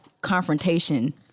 confrontation